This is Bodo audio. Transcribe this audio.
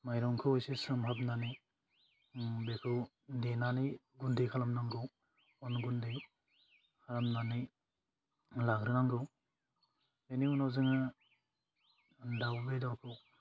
माइरंखौ एसे सोमहाबनानै ओम बेखौ देनानै गुन्दै खालामनांगौ अन गुन्दै खालामनानै लाग्रोनांगौ बेनि उनाव जोङो दाउ बेद'खौ